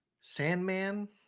Sandman